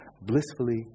blissfully